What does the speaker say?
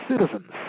citizens